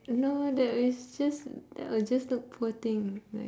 no that is just that would just look poor thing like